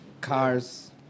cars